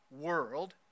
world